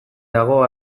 dago